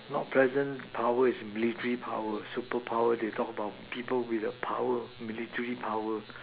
not present power is military power superpower they talk about people with the power military power